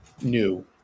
new